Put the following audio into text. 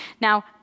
Now